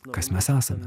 kas mes esame